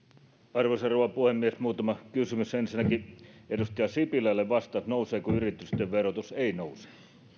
arvoisa rouva puhemies muutama kysymys ensinnäkin edustaja sipilälle vastaan nouseeko yritysten verotus ei nouse